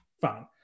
fine